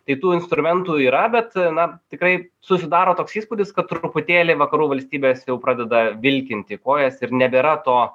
tai tų instrumentų yra bet na tikrai susidaro toks įspūdis kad truputėlį vakarų valstybės jau pradeda vilkinti kojas ir nebėra to